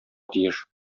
тиеш